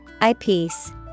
Eyepiece